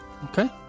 Okay